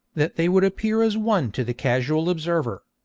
that they would appear as one to the casual observer.